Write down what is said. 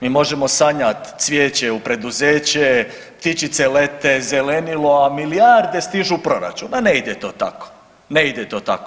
Mi možemo sanjat cvijeće u preduzeće, ptičice lete, zelenilo, a milijarde stižu u proračun, a ne ide to tako, ne ide to tako.